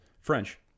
french